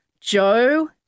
Joe